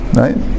right